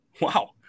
wow